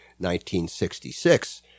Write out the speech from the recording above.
1966